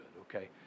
okay